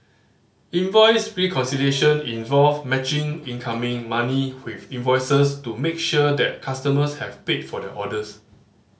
invoice reconciliation involve matching incoming money with invoices to make sure that customers have paid for their orders